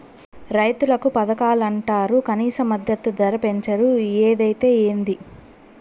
రైతులకి పథకాలంటరు కనీస మద్దతు ధర పెంచరు ఏదైతే ఏంది